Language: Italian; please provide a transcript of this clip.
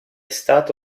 stata